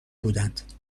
بودند